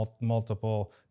multiple